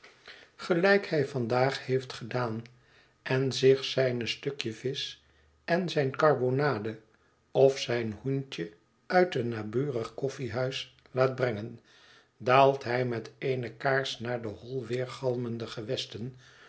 gelijk hij vandaag heeft gedaan en zich zijn stukje visch en zijne karbonade of zijn hoentje uit een naburig koffiehuis laat brengen daalt hij met eene kaars naar de hol weergalmende gewesten